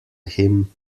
him